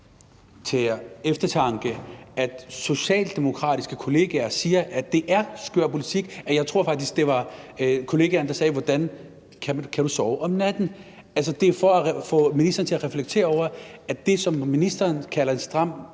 til eftertanke, at socialdemokratiske kollegaer siger, at det er en skør politik. Jeg tror faktisk, der var en kollega, der spurgte: Hvordan kan du sove om natten? Det er for at få ministeren til at reflektere over, at det, ministeren kalder en stram